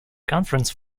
conference